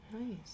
nice